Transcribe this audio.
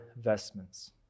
vestments